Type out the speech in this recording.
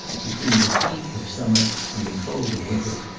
between the heat of summer, and the cold of winter,